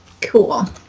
Cool